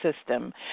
system